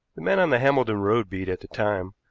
the man on the hambledon road beat at the time,